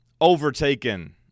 Overtaken